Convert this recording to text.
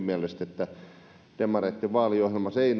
että demareitten vaaliohjelmassa ei